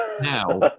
Now